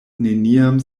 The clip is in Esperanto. neniam